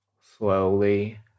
Slowly